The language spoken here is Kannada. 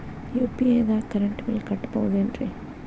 ಯು.ಪಿ.ಐ ದಾಗ ಕರೆಂಟ್ ಬಿಲ್ ಕಟ್ಟಬಹುದೇನ್ರಿ?